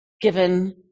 given